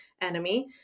enemy